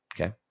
okay